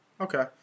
okay